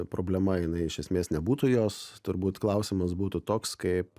problema jinai iš esmės nebūtų jos turbūt klausimas būtų toks kaip